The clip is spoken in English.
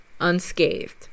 unscathed